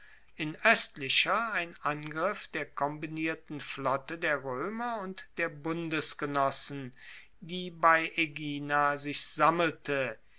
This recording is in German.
in oestlicher ein angriff der kombinierten flotte der roemer und der bundesgenossen die bei aegina sich sammelte